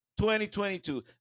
2022